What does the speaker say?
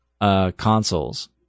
consoles